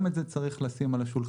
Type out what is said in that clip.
גם את זה צריך לשים על השולחן.